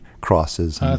crosses